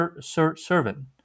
servant